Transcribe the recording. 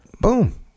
Boom